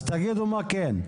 אז תגידו מה כן.